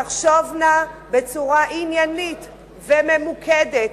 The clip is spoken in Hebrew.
תחשובנה בצורה עניינית וממוקדת,